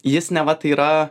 jis neva tai yra